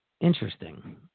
interesting